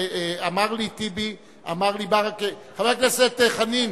אמר לי טיבי, אמר לי ברכה, חבר הכנסת חנין,